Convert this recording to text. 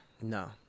No